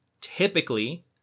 typically